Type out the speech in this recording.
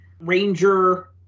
Ranger